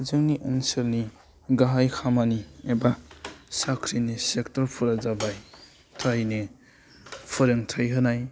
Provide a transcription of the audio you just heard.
जोंनि ओनसोलनि गाहाय खामानि एबा साख्रिनि सेक्टरफोरा जाबाय फ्रायनो फोरोंथाय होनाय